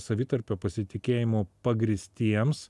savitarpio pasitikėjimu pagrįstiems